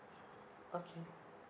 okay